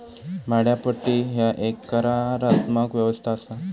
भाड्योपट्टी ह्या एक करारात्मक व्यवस्था असा